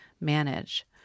manage